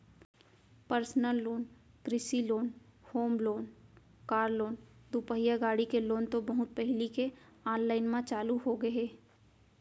personal loan, कृषि loan, home loan, car loan, दुपहिया गाड़ी के लोन तो बहुत पहिली ले आनलाइन म चालू होगे हे